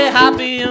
happy